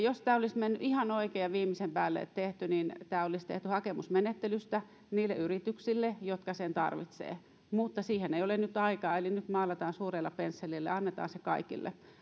jos tämä olisi mennyt ihan oikein ja olisi viimeisen päälle tehty niin tämä olisi tehty hakemusmenettelystä niille yrityksille jotka sen tarvitsevat mutta siihen ei ole nyt aikaa eli nyt maalataan suurella pensselillä ja se annetaan kaikille